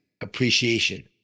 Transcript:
appreciation